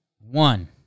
One